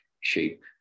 shape